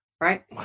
Right